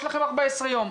יש לכם 14 יום,